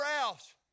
else